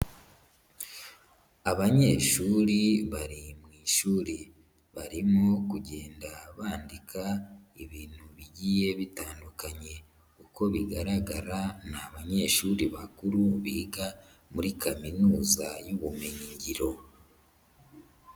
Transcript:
Abanyeshuri bari mu ishuri. Barimo kugenda bandika ibintu bigiye bitandukanye. Uko bigaragara ni abanyeshuri bakuru, biga muri kaminuza y'ubumenyingiro.